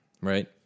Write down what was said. right